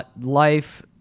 life